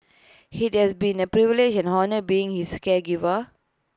IT has been A privilege and honour being his caregiver